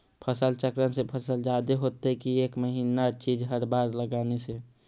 फसल चक्रन से फसल जादे होतै कि एक महिना चिज़ हर बार लगाने से?